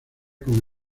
con